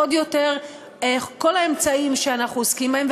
עוד יותר כל האמצעים שאנחנו עוסקים בהם,